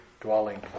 dwelling